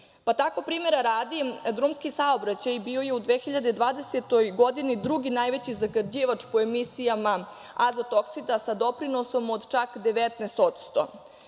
Pa, tako, primera radi, drumski saobraćaj bio je u 2020. godini drugi najveći zagađivač po emisijama azot-oksida sa doprinosom od čak 19%.